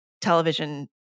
television